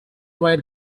were